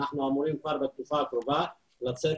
אנחנו אמורים כבר בתקופה הקרובה לצאת